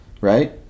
Right